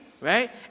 right